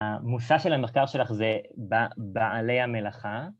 המושא של המחקר שלך זה בעלי המלאכה.